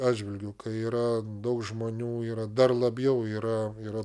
atžvilgiu kai yra daug žmonių yra dar labiau yra yra